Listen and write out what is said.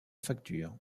facture